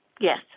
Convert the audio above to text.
Yes